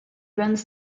runs